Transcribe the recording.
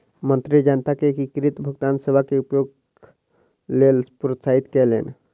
मंत्री जनता के एकीकृत भुगतान सेवा के उपयोगक लेल प्रोत्साहित कयलैन